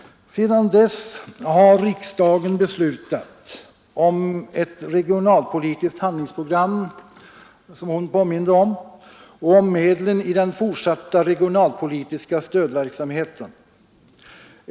Sedan dess har riksdagen, som fru Kristensson påminde om, beslutat om ett regionalpolitiskt handlingsprogram och om medlen i den fortsatta regionalpolitiska stödverksamheten.